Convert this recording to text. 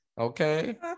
okay